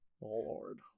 Lord